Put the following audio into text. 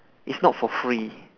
it's not for free